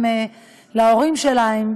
עם ההורים שלה,